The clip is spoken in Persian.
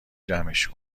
جمعش